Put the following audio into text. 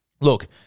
look